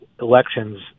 elections